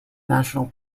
national